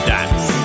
Dance